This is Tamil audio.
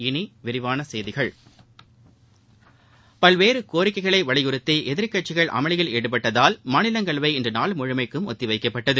இனி விரிவான செய்திகள் பல்வேறு கோரிக்கைகளை வலியுறுத்தி எதிர்கட்சிகள் அமளியில் ஈடுபட்டதால் மாநிலங்களவை இன்று நாள் முழுவதும் ஒத்திவைக்கப்பட்டது